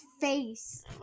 face